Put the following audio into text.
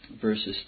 verses